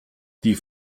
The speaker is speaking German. die